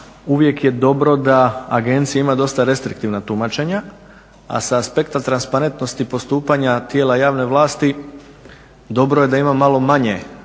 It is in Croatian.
uvijek je dobro da agencija ima dosta restriktivna tumačenja a sa aspekta transparentnosti postupanja tijela javne vlasti dobro je da ima malo manje